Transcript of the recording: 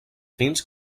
fins